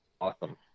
awesome